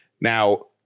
Now